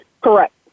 Correct